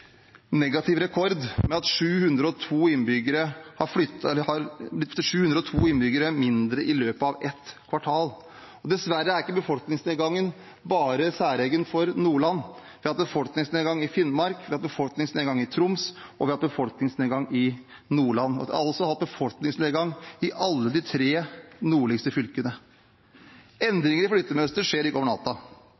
negativ rekord, med 702 innbyggere mindre i løpet av ett kvartal. Dessverre er ikke befolkningsnedgangen særegent for Nordland. Vi har hatt befolkningsnedgang i Finnmark, vi har hatt befolkningsnedgang i Troms, og vi har hatt befolkningsnedgang i Nordland. Vi har altså hatt befolkningsnedgang i alle de tre nordligste fylkene.